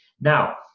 Now